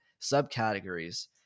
subcategories